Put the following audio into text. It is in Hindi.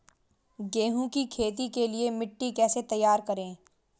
गेहूँ की खेती के लिए मिट्टी कैसे तैयार करें?